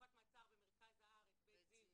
חלופת מעצר במרכז הארץ, 'בית זיו',